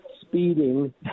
speeding